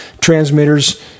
transmitters